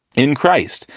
in christ,